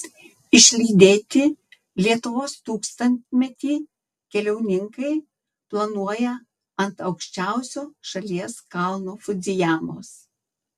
išlydėti lietuvos tūkstantmetį keliauninkai planuoja ant aukščiausio šalies kalno fudzijamos